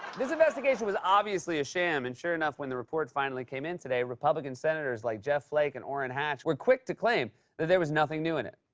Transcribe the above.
this investigation was obviously a sham, and sure enough, enough, when the report finally came in today, republican senators like jeff flake and orrin hatch were quick to claim that there was nothing new in it.